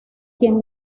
quien